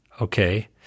okay